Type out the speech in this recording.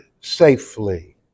safely